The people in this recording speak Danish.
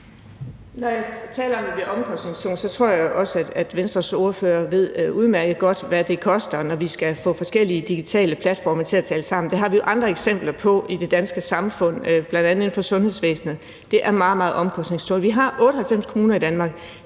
Når jeg taler om, at det bliver omkostningstungt, tror jeg også, at Venstres ordfører udmærket godt ved, hvad det koster, når vi skal have forskellige digitale platforme til at tale sammen. Det har vi andre eksempler på i det danske samfund, bl.a. inden for sundhedsvæsenet. Det er meget, meget omkostningstungt. Vi har 98 kommuner i Danmark.